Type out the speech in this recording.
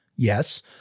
Yes